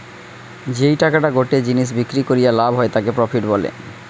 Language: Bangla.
যেই টাকাটা গটে জিনিস বিক্রি করিয়া লাভ হয় তাকে প্রফিট বলে